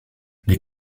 les